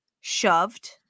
shoved